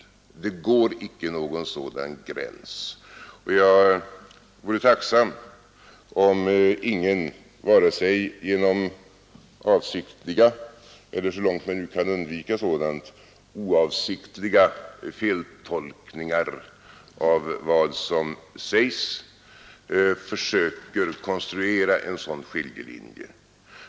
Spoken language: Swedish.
Det går icke någon sådan skiljelinje genom folket. Och jag vore tacksam om ingen, vare sig genom avsiktliga eller — så långt detta nu kan undvikas — oavsiktliga feltolkningar av vad som sägs försöker konstruera en sådan skiljelinje.